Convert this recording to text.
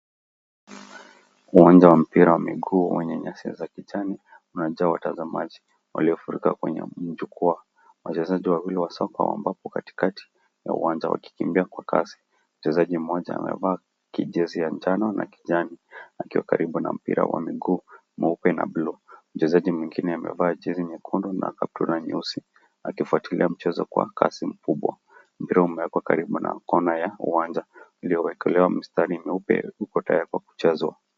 Uwanja wa mipira wa miguu wenye nyasi za kijani umejaa watazamaji waliofurika kwenye jukwaa. Wachezaji wawili wa soka wako katikati ya uwanja wakikimbia kwa kasi, mchezaji mmoja amevaa kijezi ya manjano na kijani akiwa karibu na mpira wa miguu mweupe na buluu. Mchezaji mwingine amevaa jezi nyekundu na kaptula nyeusi akifuatilia mchezo kwa kasi mkubwa ,mpira umewekwa karibu na kona ya uwanja, iliyowekelewa mstari mweupe uko tayari kwa kuchezwa.